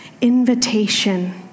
invitation